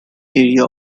area